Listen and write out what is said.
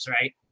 right